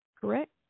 correct